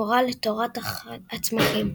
מורה לתורת הצמחים.